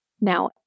Now